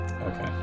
Okay